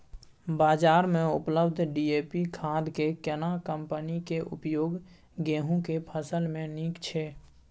बाजार में उपलब्ध डी.ए.पी खाद के केना कम्पनी के उपयोग गेहूं के फसल में नीक छैय?